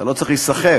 לא צריך להיסחף.